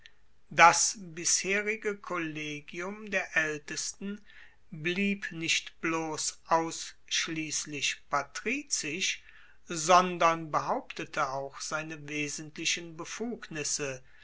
das bisherige kollegium der aeltesten blieb nicht bloss ausschliesslich patrizisch sondern behauptete auch seine wesentlichen befugnisse